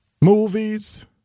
Movies